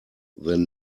than